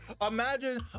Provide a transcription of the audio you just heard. Imagine